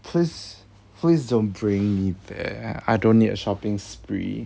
please please don't bring me there I don't need a shopping spree